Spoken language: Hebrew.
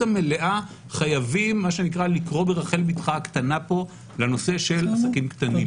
המלאה חייבים לקרוא ברחל בתך הקטנה לנושא של עסקים קטנים.